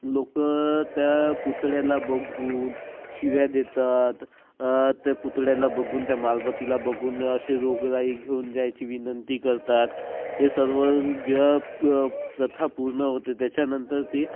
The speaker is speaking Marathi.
लोकं त्या पुतळ्याला बघून शिव्या देतात त्या पुतळ्याला बघून त्या मारबतीला बघून अशी रोगराई घेऊन जायची विनंती करतात हे सर्व ज प प्रथा पूर्ण होते त्याच्यानंतर ते